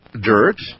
dirt